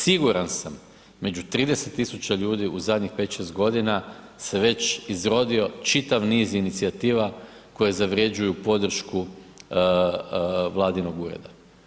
Siguran sam među 30.000 ljudi u zadnjih 5 - 6 godina se već izrodio čitav niz inicijativa koje zavređuju podršku vladinog ureda.